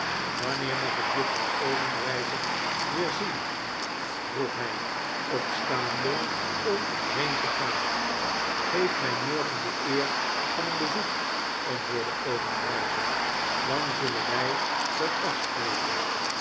wanneer mag ik juffrouw obenreizer weer zien vroeg hij opstaande om heen te gaan geef mij morgen de eer van een bezoek antwoordde obenreizer dan zullen wij dat afspreken